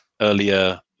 earlier